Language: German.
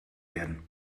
werden